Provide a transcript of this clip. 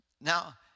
Now